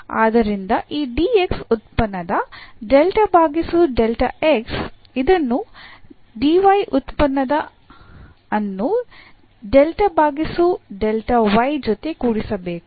ಆದ್ದರಿಂದ dx ಉತ್ಪನ್ನದ del ಬಾಗಿಸು del x ಇದನ್ನು dy ಉತ್ಪನ್ನದ ಅನ್ನು del ಬಾಗಿಸು del y ಜೊತೆ ಕೊಡಿಸಬೇಕು